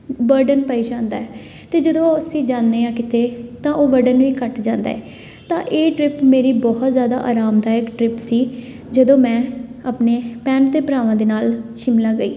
burden ਪਾਈ ਜਾਂਦਾ ਹੈ ਤੇ ਜਦੋਂ ਅਸੀਂ ਜਾਂਦੇ ਆ ਕਿਤੇ ਤਾਂ ਉਹ ਬਰਡਨ ਵੀ ਘੱਟ ਜਾਂਦਾ ਹੈ ਤਾਂ ਇਹ ਟਰਿੱਪ ਮੇਰੀ ਬਹੁਤ ਜ਼ਿਆਦਾ ਆਰਾਮਦਾਇਕ ਟਰਿੱਪ ਸੀ ਜਦੋਂ ਮੈਂ ਆਪਣੇ ਭੈਣ ਅਤੇ ਭਰਾਵਾਂ ਦੇ ਨਾਲ ਸ਼ਿਮਲਾ ਗਈ